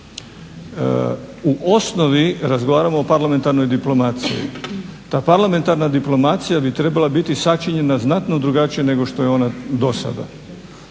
U osnovi razgovaramo o parlamentarnoj diplomaciji. Ta parlamentarna diplomacija bi trebala biti sačinjena znatno drugačije nego što je ona do sada.